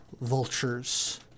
vultures